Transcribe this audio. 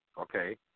Okay